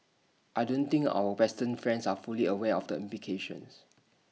I don't think our western friends are fully aware of the implications